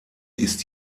ist